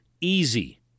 easy